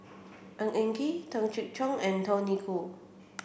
Ng Eng Kee Tung Chye Cong and Tony Khoo